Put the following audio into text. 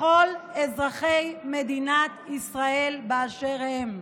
לכל אזרחי מדינת ישראל באשר הם,